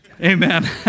Amen